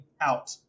out